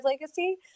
legacy